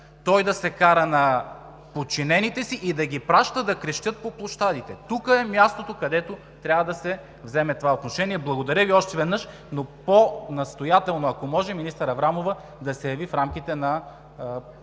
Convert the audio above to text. той да се кара на подчинените си и да ги праща да крещят по площадите. Тук е мястото, където трябва да се вземе това отношение. Благодаря Ви още веднъж. Но по-настоятелно, ако може министър Аврамова да се яви в рамките поне